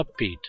upbeat